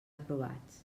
aprovats